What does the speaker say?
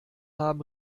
haben